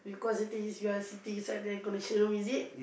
because the thing is you are sitting inside the air-conditioned room is it